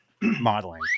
modeling